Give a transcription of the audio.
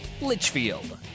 Litchfield